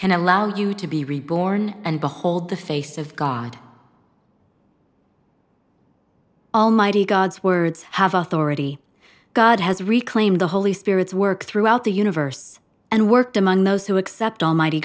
can allow you to be reborn and behold the face of god almighty god's words have authority god has reclaimed the holy spirit's work throughout the universe and worked among those who accept almighty